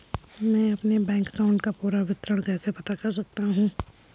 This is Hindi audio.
मैं अपने बैंक अकाउंट का पूरा विवरण कैसे पता कर सकता हूँ?